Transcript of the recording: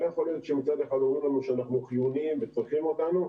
לא יכול להיות שמצד אחד אומרים לנו שאנחנו חיוניים וצריכים אותנו,